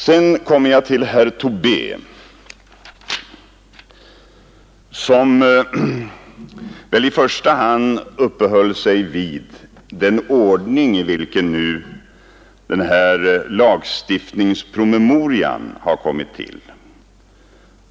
Sedan kommer jag till herr Tobé, som väl i första hand uppehöll sig vid den ordning i vilken denna lagstiftningspromemoria nu har kommit till.